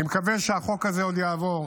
אני מקווה שהחוק הזה עוד יעבור,